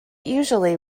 usually